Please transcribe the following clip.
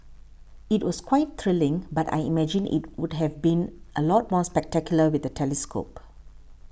it was quite thrilling but I imagine it would have been a lot more spectacular with a telescope